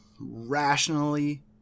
rationally